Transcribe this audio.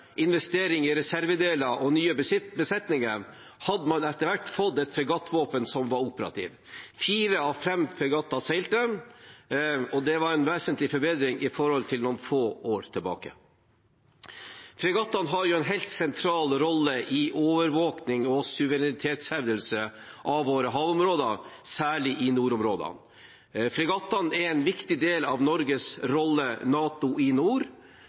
investering i reservedeler og nye besetninger hadde man etter hvert fått et fregattvåpen som var operativt. Fire av fem fregatter seilte, og det var en vesentlig forbedring i forhold til for noen få år siden. Fregattene har en helt sentral rolle i overvåkning og suverenitetshevdelse av våre havområder, særlig i nordområdene. Fregattene er en viktig del av Norges rolle som NATO i nord,